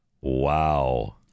Wow